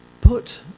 put